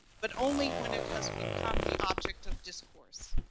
but only when it has become the object of discourse,